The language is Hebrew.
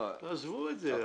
עזבו את זה.